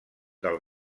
del